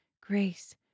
grace